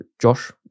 Josh